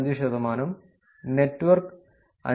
5 ശതമാനം നെറ്റ്വർക്ക് 5